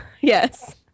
yes